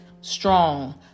strong